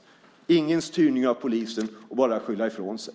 Det är ingen styrning av polisen - hon bara skyller ifrån sig.